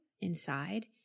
inside